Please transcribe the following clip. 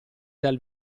dal